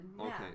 Okay